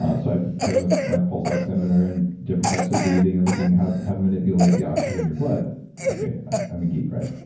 ah so i've been playing with my pulse oximeter and different types of breathing and looking how how to manipulate the oxygen in your blood okay i'm a geek right,